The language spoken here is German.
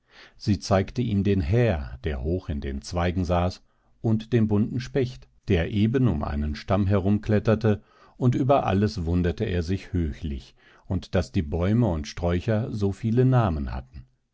sie zeigte ihm den häher der hoch in den zweigen saß und den bunten specht der eben um einen stamm herumkletterten und über alles wunderte er sich höchlich und daß die bäume und sträucher so viele namen hatten